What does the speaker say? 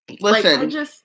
Listen